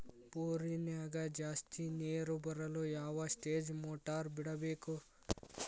ಬೋರಿನ್ಯಾಗ ಜಾಸ್ತಿ ನೇರು ಬರಲು ಯಾವ ಸ್ಟೇಜ್ ಮೋಟಾರ್ ಬಿಡಬೇಕು?